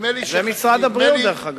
זה משרד הבריאות, דרך אגב.